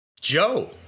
Joe